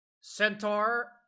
Centaur